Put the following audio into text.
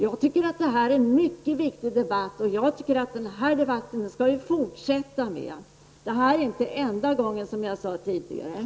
Jag tycker att det här är en mycket viktig debatt och anser att den skall fortsätta. Det här bör som sagt inte bli den enda gången.